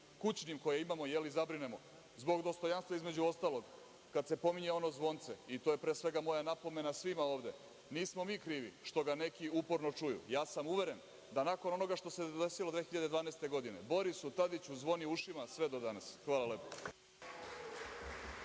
kućnim, koje imamo, zabrinemo. Zbog dostojanstva, između ostalog, kada se pominje ono zvonce i to je pre svega moja napomena svima ovde. Nismo mi krivi što ga neki uporno čuju. Uveren sam da nakon onoga što se desilo 2012. godine Borisu Tadiću zvoni u ušima sve do danas. Hvala lepo.